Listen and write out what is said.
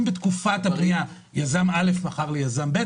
אם בתקופת הבנייה יזם א' מכר ליזם ב',